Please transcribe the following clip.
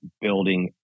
building